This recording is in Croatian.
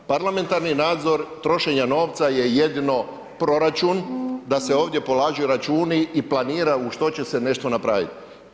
Parlamentarni nadzor trošenja novca je jedino proračun, da se ovdje polažu računi i planira u što će se nešto napraviti.